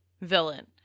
villain